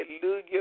Hallelujah